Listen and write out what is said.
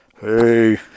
hey